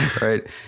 Right